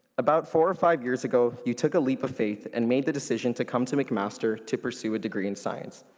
about four or five years ago, you took a leap of faith and made the decision to come to mcmaster to pursue a degree in science.